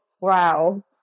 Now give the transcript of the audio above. wow